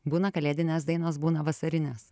būna kalėdinės dainos būna vasarinės